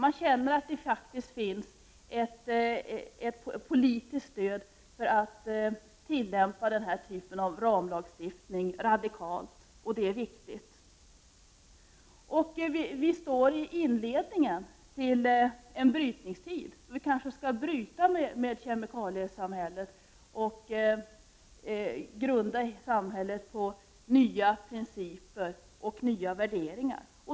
Man känner att det faktiskt finns ett politiskt stöd när det gäller att radikalt tillämpa den här typen av ramlagstiftning, och det är viktigt. Vi befinner oss i inledningen av en brytningstid, då vi kanske skall bryta med kemikaliesamhället och då samhället skall grundas på nya principer och nya värderingar.